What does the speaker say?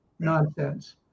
nonsense